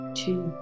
two